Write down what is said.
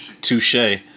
Touche